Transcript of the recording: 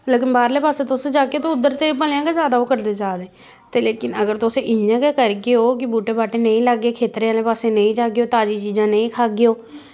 लेकिन बाह्रलै पास्सै तुस जाह्गे ते उद्धर ते भलेआं गै जैदा ओह् करदे जा दे ते लेकिन अगर तुस इयां गै करगेओ कि बूह्टे बाह्टे नेईं लागे खेत्तरें आह्लै पास्सै नेईं जाह्गेओ ताज़ियां चीज़ां नेईं खाह्गेओ